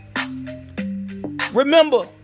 Remember